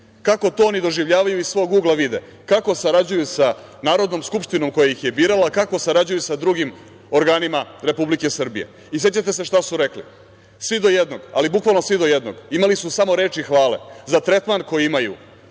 kako oni to doživljavaju i iz svog ugla vide, kako sarađuju sa Narodnom skupštinom koja ih je birala i kako sarađuju sa drugim organima Republike Srbije. Sećate se šta su rekli, svi do jednog, ali bukvalno svi do jednog. Imali su samo reči hvale za tretman koji imaju